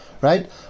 Right